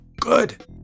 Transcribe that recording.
good